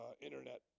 Internet